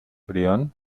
brión